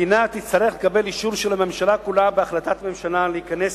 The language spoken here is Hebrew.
המדינה תצטרך לקבל אישור של הממשלה כולה בהחלטת ממשלה להיכנס